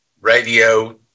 radio